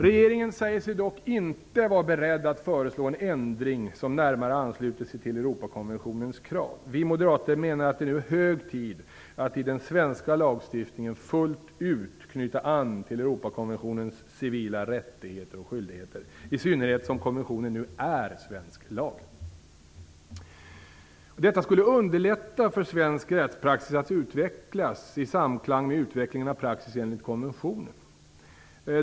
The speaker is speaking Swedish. Regeringen säger sig dock inte vara beredd att föreslå en ändring som närmare ansluter sig till Europakonventionens krav. Vi moderater menar att det nu är hög tid att i den svenska lagstiftningen fullt ut knyta an till Europakonventionens civila rättigheter och skyldigheter, i synnerhet som konventionen nu är svensk lag. Detta skulle underlätta för svensk rättspraxis att utvecklas i samklang med utvecklingen av praxis enligt konventionen.